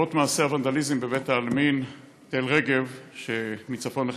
בעקבות מעשי הוונדליזם בבית-העלמין תל-רגב שמצפון לחיפה,